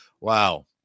Wow